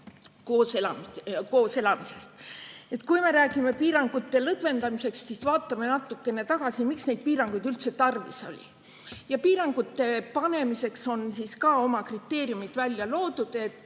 koos elamisest. Kui me räägime piirangute lõdvendamisest, siis vaatame natukene tagasi, miks neid piiranguid üldse tarvis oli. Piirangute panemiseks on ka oma kriteeriumid loodud.